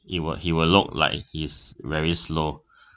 it will it will look like he's very slow